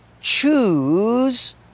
choose